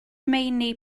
meini